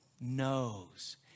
knows